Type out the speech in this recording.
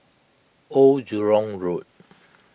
Old Jurong Road